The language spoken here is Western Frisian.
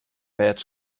bêd